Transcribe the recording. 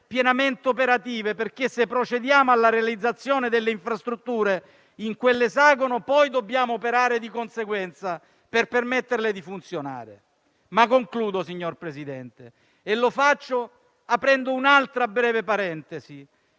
pienamente operative. Infatti, se procediamo alla realizzazione delle infrastrutture in quell'esagono, dobbiamo poi operare di conseguenza per permettere loro di funzionare. Concludo, signor Presidente, e lo faccio aprendo un'altra breve parentesi.